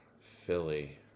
Philly